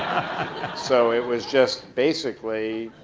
so it was just basically,